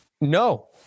No